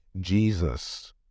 Jesus